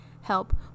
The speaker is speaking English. help